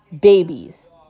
babies